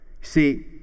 See